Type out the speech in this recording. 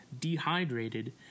dehydrated